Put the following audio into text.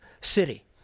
city